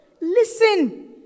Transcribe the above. Listen